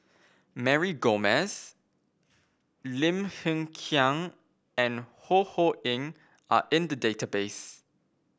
Mary Gomes Lim Hng Kiang and Ho Ho Ying are in the database